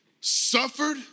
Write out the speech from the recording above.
suffered